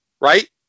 Right